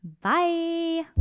bye